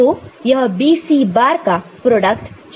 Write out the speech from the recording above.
तो यह B C बार का प्रोडक्ट जेनरेट करेगा